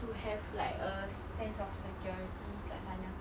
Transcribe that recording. to have like a sense of security kat sana